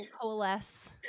coalesce